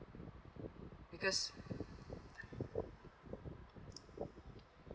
because